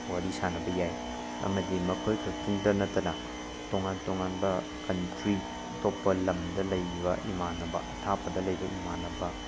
ꯋꯥꯔꯤ ꯁꯥꯟꯅꯕ ꯌꯥꯏ ꯑꯃꯗꯤ ꯃꯈꯣꯏ ꯈꯛꯇꯪꯗ ꯅꯠꯇꯅ ꯇꯣꯡꯉꯥꯟ ꯇꯣꯡꯉꯥꯟꯕ ꯀꯟꯇ꯭ꯔꯤ ꯑꯇꯣꯞꯄ ꯂꯝꯗ ꯂꯩꯔꯤꯕ ꯏꯃꯥꯟꯅꯕ ꯑꯊꯥꯞꯄꯗ ꯂꯩꯕ ꯏꯃꯥꯟꯅꯕ